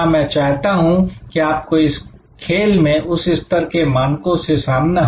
मैं चाहता हूं कि आपको इस खेल में उस स्तर के मानकों से सामना हो